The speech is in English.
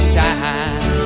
time